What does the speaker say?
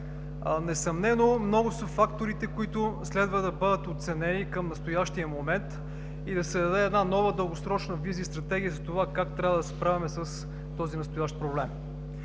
Несъмнено много са факторите, които следва да бъдат оценени към настоящия момент и да се даде една нова, дългосрочна визия и стратегия за това как трябва да се справяме с този настоящ проблем.